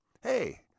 hey